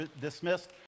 dismissed